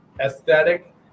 aesthetic